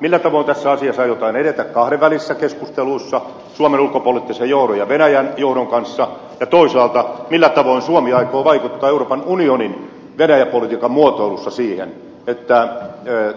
millä tavoin tässä asiassa aiotaan edetä kahdenvälisissä keskusteluissa suomen ulkopoliittisen johdon ja venäjän johdon välillä ja toisaalta millä tavoin suomi aikoo vaikuttaa euroopan unionin venäjä politiikan muotoilussa siihen että